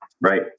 right